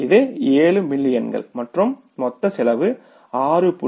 இது 7 மில்லியன்கள் மற்றும் மொத்த செலவு 6